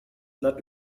not